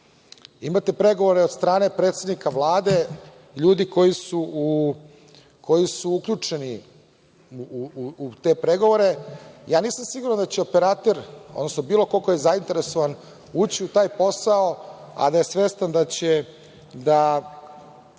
Imate pregovore od strane predsednika Vlade, ljudi koji su uključeni u te pregovore. Nisam siguran da će operater, odnosno bilo ko ko je zainteresovan ući u taj posao, a da je svestan da će